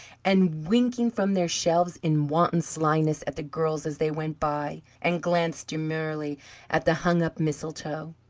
and winking, from their shelves, in wanton slyness at the girls as they went by, and glanced demurely at the hung-up mistletoe.